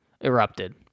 erupted